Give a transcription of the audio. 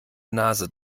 nase